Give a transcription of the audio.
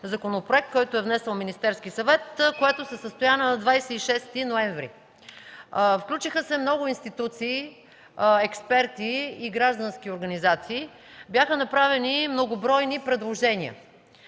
законопроект, който е внесъл Министерският съвет, което се състоя на 26 ноември. Включиха се много институции, експерти и граждански организации. Бяха направени и многобройни предложения.